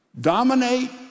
dominate